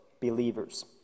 believers